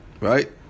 Right